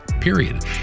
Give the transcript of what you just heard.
period